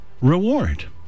reward